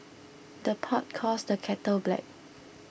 the pot calls the kettle black